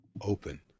open